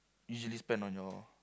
usually spend on your